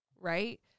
right